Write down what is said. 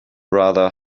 rather